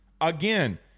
Again